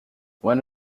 one